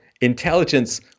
Intelligence